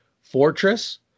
fortress